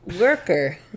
worker